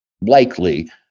likely